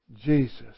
Jesus